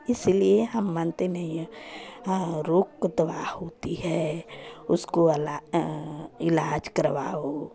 इसीलिए हम मानते नहीं हैं हाँ हाँ रोग की दवा होती है उसको वाला है इलाज करवाओ